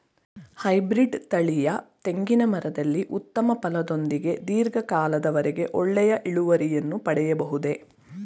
Hybrid ತಳಿಯ ತೆಂಗಿನ ಮರದಲ್ಲಿ ಉತ್ತಮ ಫಲದೊಂದಿಗೆ ಧೀರ್ಘ ಕಾಲದ ವರೆಗೆ ಒಳ್ಳೆಯ ಇಳುವರಿಯನ್ನು ಪಡೆಯಬಹುದೇ?